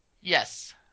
Yes